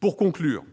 Pour conclure,